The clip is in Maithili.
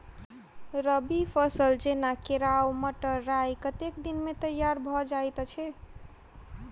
रबी फसल जेना केराव, मटर, राय कतेक दिन मे तैयार भँ जाइत अछि?